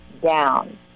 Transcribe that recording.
down